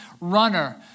runner